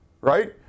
right